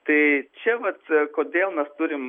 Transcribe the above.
tai čia vat kodėl mes turim